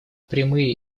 прямые